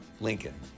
lincoln